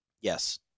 Yes